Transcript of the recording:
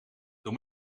door